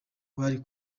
bari